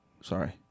Sorry